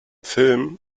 film